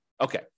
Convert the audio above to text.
Okay